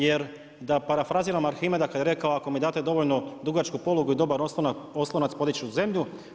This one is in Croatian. Jer da parafraziram Arhimeda kada je rekao ako mi date dovoljno dugačku polugu i dobar oslonac podići ću zemlju.